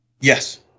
Yes